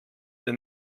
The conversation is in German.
der